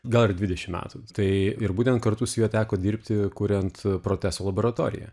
gal ir dvidešim metų tai ir būtent kartu su juo teko dirbti kuriant protesto laboratoriją